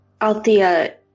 Althea